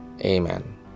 Amen